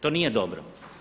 To nije dobro.